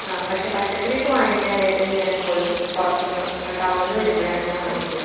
പക്ഷേ പച്ചക്കറിയൊക്കെ വാങ്ങിക്കാനായിട്ട് ഞാനെപ്പോഴും പുറത്ത്ന്ന് ടൗണ്ന്ന് വരുമ്പോഴാണ് ഞാൻ വാങ്ങിക്യ